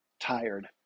tired